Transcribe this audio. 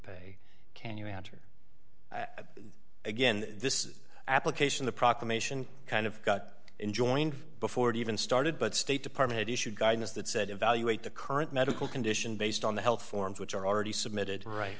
pay can you hunter i've again this application the proclamation kind of cut in joint before it even started but state department issued guidance that said evaluate the current medical condition based on the health forms which are already submitted right